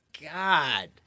God